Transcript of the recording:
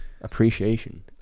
Appreciation